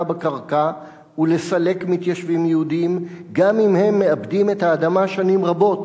בקרקע ולסלק מתיישבים יהודים גם אם הם מעבדים את האדמה שנים רבות,